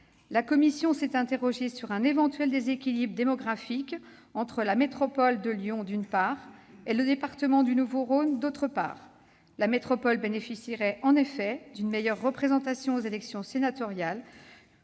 La commission s'est interrogée sur un éventuel déséquilibre démographique entre la métropole de Lyon et le département du Nouveau-Rhône. En effet, la métropole bénéficierait d'une meilleure représentation aux élections sénatoriales